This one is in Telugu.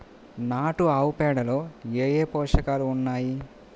నాటు ఆవుపేడలో ఏ ఏ పోషకాలు ఉన్నాయి?